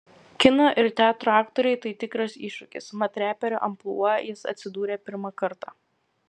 kino ir teatro aktoriui tai tikras iššūkis mat reperio amplua jis atsidūrė pirmą kartą